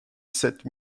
sept